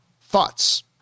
thoughts